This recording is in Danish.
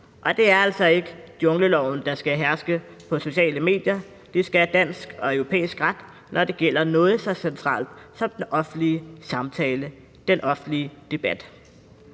Det er altså ikke jungleloven, der skal herske på sociale medier. Det skal dansk og europæisk ret, når det gælder noget så centralt som den offentlige samtale, den offentlige debat.